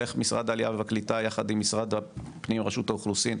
על איך משרד העלייה והקליטה יחד עם משרד רשות האוכלוסין,